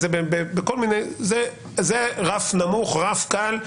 זה רף נמוך, רף קל.